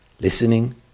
listening